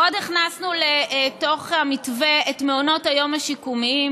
עוד הכנסנו לתוך המתווה את מעונות היום השיקומיים,